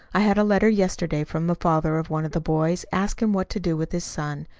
i had a letter yesterday from the father of one of the boys, asking what to do with his son.